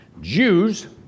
Jews